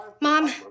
Mom